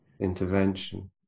intervention